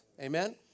Amen